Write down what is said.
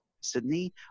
Sydney